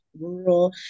rural